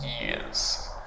years